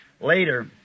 later